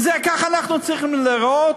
כך אנחנו צריכים להיראות,